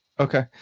Okay